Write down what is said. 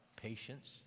Patience